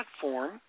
platform